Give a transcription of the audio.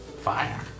fire